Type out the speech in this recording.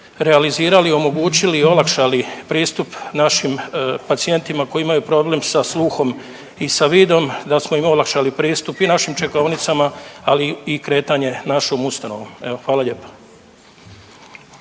realizirali i omogućili i olakšali pristup našim pacijentima koji imaju problem sa sluhom i sa vidom da smo im olakšali pristup i našim čekaonicama, ali i kretanje našom ustanovom. Evo hvala lijepa.